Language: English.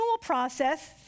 process